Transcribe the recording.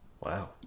Wow